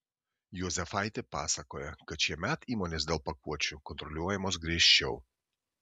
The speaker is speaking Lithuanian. juozefaitė pasakoja kad šiemet įmonės dėl pakuočių kontroliuojamos griežčiau